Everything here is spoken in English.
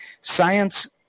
science